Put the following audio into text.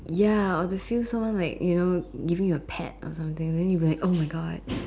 ya obviously someone like you know give me a pad or something then you'll be like !oh-my-God!